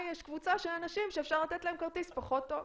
יש קבוצה של אנשים שאפשר לתת להם כרטיס פחות טוב.